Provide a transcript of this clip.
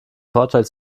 vorteil